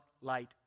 light